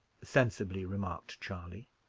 sensibly remarked charley.